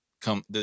come